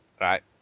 right